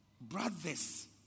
Brothers